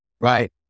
Right